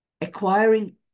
Acquiring